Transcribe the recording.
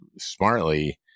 smartly